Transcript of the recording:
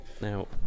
now